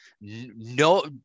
no